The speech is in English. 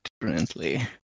differently